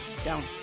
Down